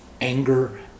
anger